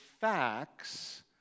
facts